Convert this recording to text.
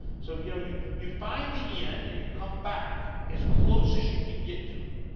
so you know you you find the end and you come back as close as you can get to it.